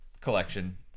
collection